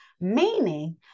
Meaning